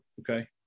Okay